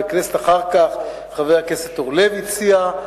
ואחר כך חבר הכנסת אורלב הציע,